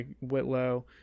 Whitlow